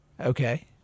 Okay